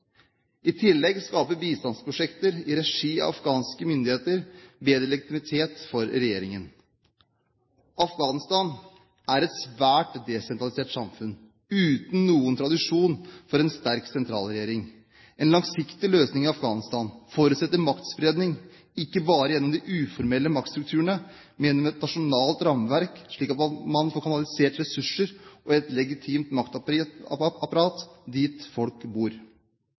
I tillegg skaper bistandsprosjekter i regi av afghanske myndigheter bedre legitimitet for regjeringen. Afghanistan er et svært desentralisert samfunn, uten noen tradisjon for en sterk sentralregjering. En langsiktig løsning i Afghanistan forutsetter maktspredning, ikke bare gjennom de uformelle maktstrukturene, men gjennom et nasjonalt rammeverk, slik at man får kanalisert ressurser og et legitimt maktapparat dit folk bor.